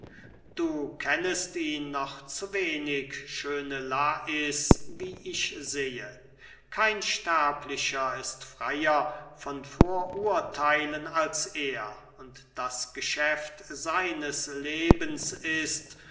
du kennest ihn noch wenig schöne lais wie ich sehe kein sterblicher ist freyer von vorurtheilen als er und das geschäft seines lebens ist